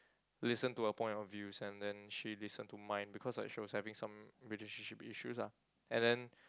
listen to her point of views and then she listen to mine because like she was having some relationship issues ah and then